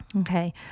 Okay